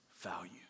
value